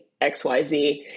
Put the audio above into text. xyz